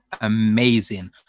amazing